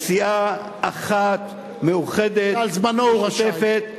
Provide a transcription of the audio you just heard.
בסיעה אחת מאוחדת, על זמנו הוא רשאי.